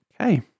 Okay